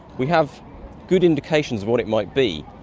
we have good indications of what it might be.